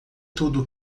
tudo